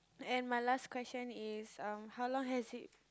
and my last question is uh how long has it